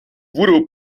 voodoo